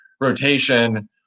rotation